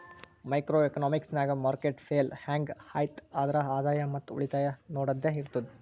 micro economics ನಾಗ್ market fail ಹ್ಯಾಂಗ್ ಐಯ್ತ್ ಆದ್ರ ಆದಾಯ ಮತ್ ಉಳಿತಾಯ ನೊಡದ್ದದೆ ಇರ್ತುದ್